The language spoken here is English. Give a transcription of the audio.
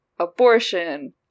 abortion